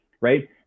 right